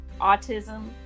autism